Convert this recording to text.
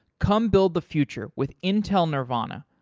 come build the future with intel nervana.